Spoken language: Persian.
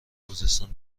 خوزستان